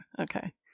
Okay